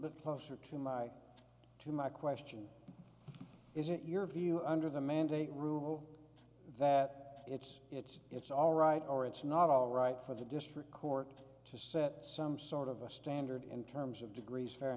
bit closer to my to my question is it your view under the mandate rule that it's it's it's all right or it's not all right for the district court to set some sort of a standard in terms of degrees f